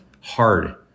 hard